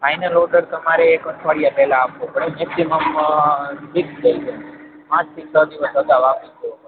final order તમારે એક અઠવાડિયા પહેલા આપવો પડે મેક્સિમમ સિક્સ ડેસ પાંચ કે છ દિવસ અગાઉ આપી દેવો પડે